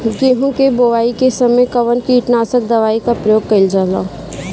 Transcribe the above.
गेहूं के बोआई के समय कवन किटनाशक दवाई का प्रयोग कइल जा ला?